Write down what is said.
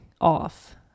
off